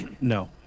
No